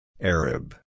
Arab